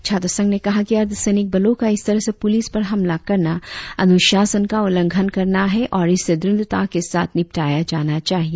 छात्र संघ ने कहा की अर्धसैनिक बलो का इस तरह से पुलिस पर हमला करना अनुशासन का उल्लंघन करना है और इसे दृड़ता के साथ निपटाया जाना चाहिए